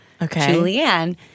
Julianne